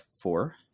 four